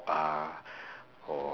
ah or